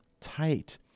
tight